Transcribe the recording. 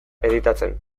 editatzen